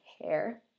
hair